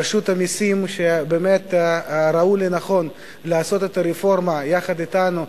לרשות המסים, שראו לנכון לעשות, יחד אתנו,